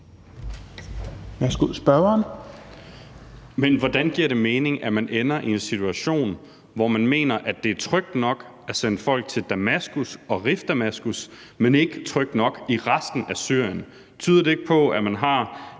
hvordan giver det mening, at man ender i en situation, hvor man mener, at det er trygt nok at sende folk til Damaskus og Rif Damaskus, men ikke trygt nok i resten af Syrien? Tyder det ikke på, at man har